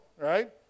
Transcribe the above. right